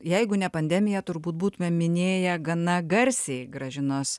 jeigu ne pandemija turbūt būtumėm minėję gana garsiai gražinos